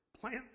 plant